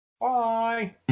Bye